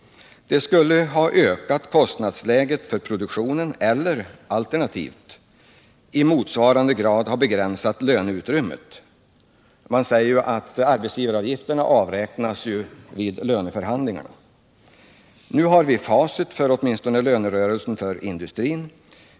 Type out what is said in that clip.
Det skulle ha ökat kostnadsläget för produktionen eller alternativt i motsvarande grad ha begränsat löneutrymmet. Man säger ju att arbetsgivaravgifterna avräknas vid löneförhandlingarna. Nu har vi facit av lönerörelsen för åtminstone industrin.